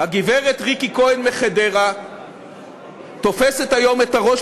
הגברת ריקי כהן מחדרה תופסת היום את הראש,